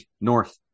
North